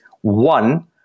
one